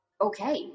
okay